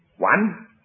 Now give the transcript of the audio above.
One